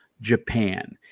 Japan